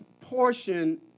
portion